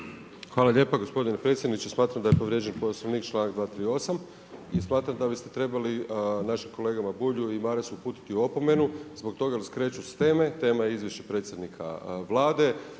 Hvala lijepa. Gospodine predsjedniče, smatram da je povrijeđen Poslovnik, članak 238. i smatram da bi ste trebali našim kolegama Bulju i Marasu uputiti opomenu zbog toga jer skreću s teme, tema je Izvješće predsjednika Vlade